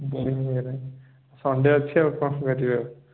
boring ହେଇଗଲା Sunday ଅଛି ଆଉ କ'ଣ କରିବି ଆଉ